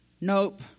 Nope